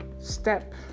step-